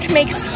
makes